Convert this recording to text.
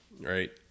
right